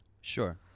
Sure